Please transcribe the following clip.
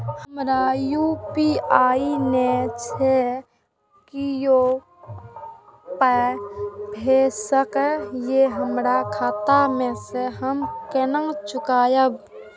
हमरा यू.पी.आई नय छै कियो पाय भेजलक यै हमरा खाता मे से हम केना बुझबै?